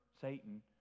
Satan